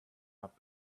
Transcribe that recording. not